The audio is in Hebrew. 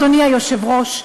אדוני היושב-ראש,